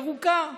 ירוקה,